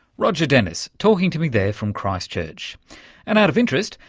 roger dennis, talking to me there from christchurch. and out of interest,